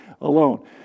alone